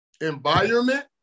environment